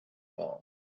ball